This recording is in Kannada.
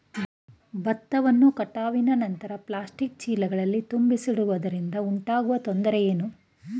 ಭತ್ತವನ್ನು ಕಟಾವಿನ ನಂತರ ಪ್ಲಾಸ್ಟಿಕ್ ಚೀಲಗಳಲ್ಲಿ ತುಂಬಿಸಿಡುವುದರಿಂದ ಉಂಟಾಗುವ ತೊಂದರೆ ಏನು?